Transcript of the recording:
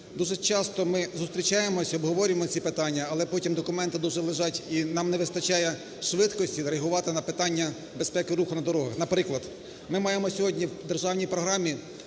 Дуже часто ми зустрічаємося, обговорюємо ці питання, але потім документи дуже… лежать, і нам не вистачає швидкості реагувати на питання безпеки руху на дорогах. Наприклад, ми маємо сьогодні в державній програмі